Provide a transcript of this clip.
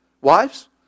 Wives